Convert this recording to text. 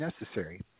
necessary